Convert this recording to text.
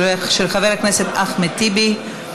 של חבר הכנסת אחמד טיבי.